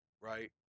right